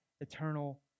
eternal